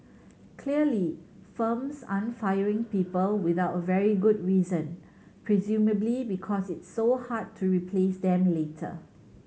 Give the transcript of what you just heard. clearly firms aren't firing people without a very good reason presumably because it's so hard to replace them later